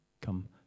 Come